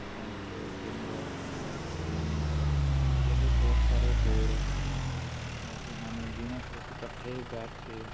lunch dinner enjoy ਕਰਦੇ ਹਾਂ ਅਜਿਹੇ ਬਹੁਤ ਸਾਰੇ ਹੋਰ ਮੌਕੇ ਹਨ ਜਿਹਨਾਂ 'ਤੇ ਅਸੀਂ ਇਕੱਠੇ ਬੈਠ ਕੇ